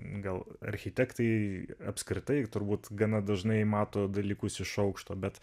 gal architektai apskritai turbūt gana dažnai mato dalykus iš aukšto bet